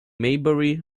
maybury